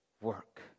work